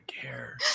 care